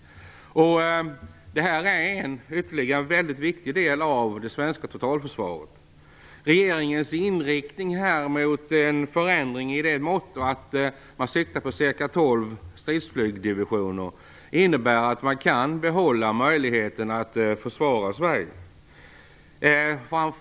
Det här är ytterligare en mycket viktig del av det svenska totalförsvaret. Regeringens inriktning mot en förändring i så måtto att man siktar på ca tolv stridsflygsdivisioner innebär att man kan behålla möjligheten att försvara Sverige.